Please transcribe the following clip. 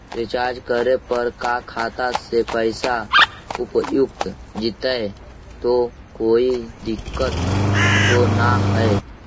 Recharge करे पर का खाता से पैसा उपयुक्त जितै तो कोई दिक्कत तो ना है?